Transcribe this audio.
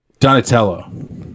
Donatello